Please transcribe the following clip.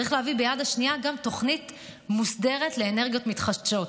צריך להביא ביד השנייה גם תוכנית מוסדרת לאנרגיות מתחדשות,